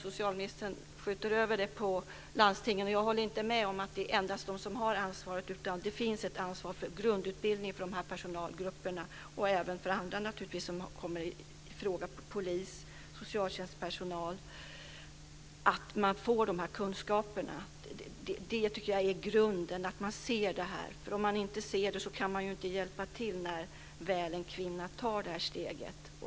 Socialministern skjuter över det på landstingen, och jag håller inte med om att det endast är de som har ansvaret. Det finns ett ansvar för grundutbildning för de här personalgrupperna och naturligtvis även för andra grupper som kan komma i fråga: polis, socialtjänstpersonal m.m. De måste få de här kunskaperna. Det tycker jag är grunden. Man måste se det. Om man inte ser det kan man inte hjälpa till när väl en kvinna tar det här steget.